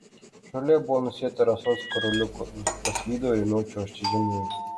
žolė buvo nusėta rasos karoliukų paslydau ir ėmiau čiuožti žemyn